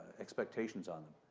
expectations on them.